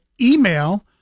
email